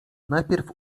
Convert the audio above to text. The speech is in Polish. najpierw